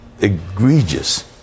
egregious